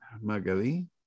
Magali